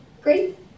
great